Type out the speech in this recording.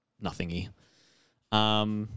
nothing-y